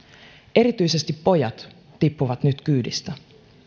erityisesti pojat tippuvat nyt kyydistä